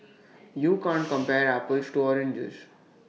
you can't compare apples to oranges